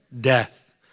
death